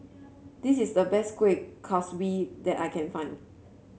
this is the best Kueh Kaswi that I can find